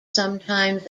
sometimes